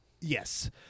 Yes